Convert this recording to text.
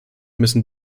müssen